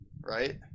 right